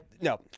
no